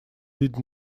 did